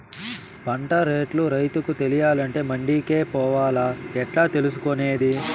పంట రేట్లు రైతుకు తెలియాలంటే మండి కే పోవాలా? ఎట్లా తెలుసుకొనేది?